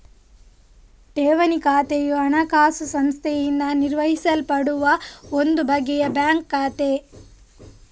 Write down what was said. ಠೇವಣಿ ಖಾತೆಯು ಹಣಕಾಸು ಸಂಸ್ಥೆಯಿಂದ ನಿರ್ವಹಿಸಲ್ಪಡುವ ಒಂದು ಬಗೆಯ ಬ್ಯಾಂಕ್ ಖಾತೆ